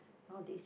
nowadays